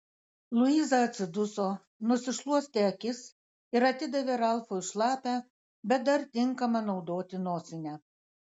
luiza atsiduso nusišluostė akis ir atidavė ralfui šlapią bet dar tinkamą naudoti nosinę